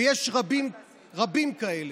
ויש רבים רבים כאלה.